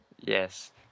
Yes